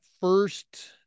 first